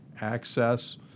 access